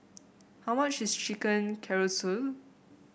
how much is Chicken Casserole